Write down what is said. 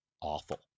awful